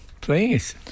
Please